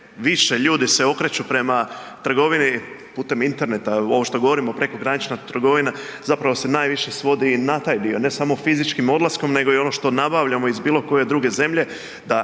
više ljudi se okreću prema trgovini putem interneta ovo što govorimo prekogranična trgovina zapravo se najviše svodi na taj dio, ne samo fizičkim odlaskom nego i ono što nabavljamo iz bilo koje druge zemlje